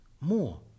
more